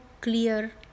clear